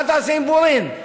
מה תעשה עם בורין?